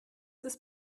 ist